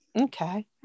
okay